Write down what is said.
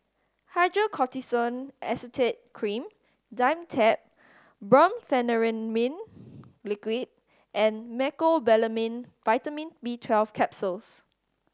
Hydrocortisone Acetate Cream Dimetapp Brompheniramine Liquid and Mecobalamin Vitamin B Twelve Capsules